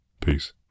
Peace